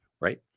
right